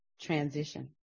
transition